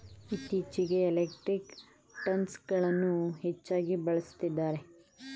ಇತ್ತೀಚೆಗೆ ಎಲೆಕ್ಟ್ರಿಕ್ ಟ್ರಾನ್ಸ್ಫರ್ಗಳನ್ನು ಹೆಚ್ಚಾಗಿ ಬಳಸುತ್ತಿದ್ದಾರೆ